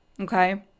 okay